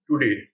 today